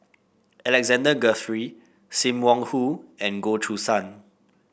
Alexander Guthrie Sim Wong Hoo and Goh Choo San